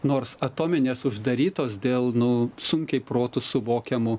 nors atominės uždarytos dėl nu sunkiai protu suvokiamų